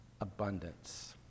abundance